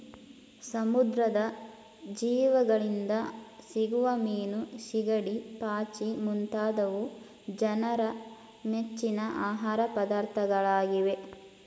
ಸಮುದ್ರದ ಜೀವಿಗಳಿಂದ ಸಿಗುವ ಮೀನು, ಸಿಗಡಿ, ಪಾಚಿ ಮುಂತಾದವು ಜನರ ಮೆಚ್ಚಿನ ಆಹಾರ ಪದಾರ್ಥಗಳಾಗಿವೆ